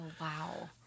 wow